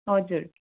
हजुर